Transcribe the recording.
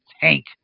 tank